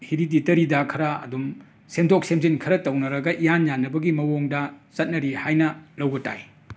ꯍꯦꯔꯤꯗꯤꯇꯔꯤꯗ ꯈꯔ ꯑꯗꯨꯝ ꯁꯦꯝꯗꯣꯛ ꯁꯦꯝꯖꯤꯟ ꯈꯔ ꯇꯧꯅꯔꯒ ꯏꯌꯥꯟ ꯌꯥꯟꯅꯕꯒꯤ ꯃꯑꯣꯡꯗ ꯆꯠꯅꯔꯤ ꯍꯥꯏꯅ ꯂꯧꯕ ꯇꯥꯏ